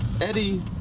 Eddie